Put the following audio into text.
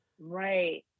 right